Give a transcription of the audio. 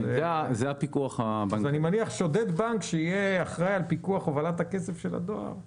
אני מניח ששודד בנק לא יהיה אחראי על פיקוח הובלת הכסף של הדואר.